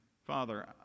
Father